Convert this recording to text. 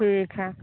ठीक है